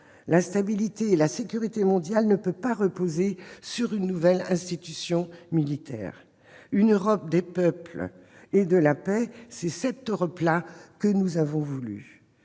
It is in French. la stabilité et la sécurité mondiales ne peuvent reposer sur une nouvelle institution militaire. Une Europe des peuples et de la paix : c'est cette Europe-là que nous avons voulue.